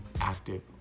active